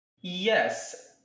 yes